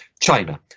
China